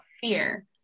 fear